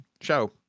show